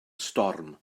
storm